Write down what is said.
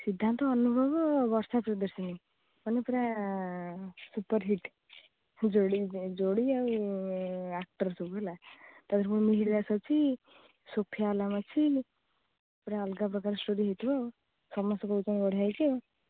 ସିଦ୍ଧାନ୍ତ ଅନୁଭବ ବର୍ଷା ପ୍ରଦର୍ଶନୀ ମାନେ ପୁରା ସୁପର ହିଟ୍ ଯୋଡ଼ି ଆଉ ଆକ୍ଟର ସବୁ ହେଲା ତାପରେ ପୁଣି ମିହିର ଦାସ୍ ଅଛି ସୋଫିଆ ଅଲାର ଅଛି ପୁରା ଅଲଗା ପ୍ରକାର ଷ୍ଟୋରୀ ହେଇଥିବ ଆଉ ସମସ୍ତେ କହୁଛନ୍ତି ବଢ଼ିଆ ହେଇଛି ଆଉ